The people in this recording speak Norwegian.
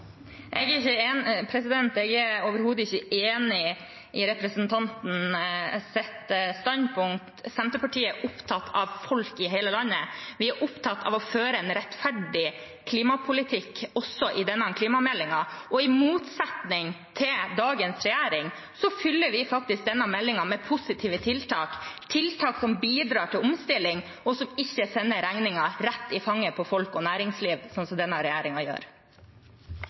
Jeg er overhodet ikke enig i representantens standpunkt. Senterpartiet er opptatt av folk i hele landet. Vi er opptatt av å føre en rettferdig klimapolitikk, det gjelder også i forbindelse med denne klimameldingen. Og i motsetning til dagens regjering fyller vi faktisk ut fra denne meldingen opp med positive tiltak, tiltak som bidrar til omstilling, og som ikke sender regningen rett i fanget på folk og næringsliv, sånn som denne regjeringen gjør.